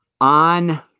on